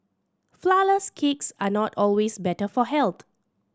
flourless cakes are not always better for health